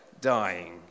dying